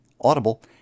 Audible